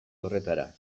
horretara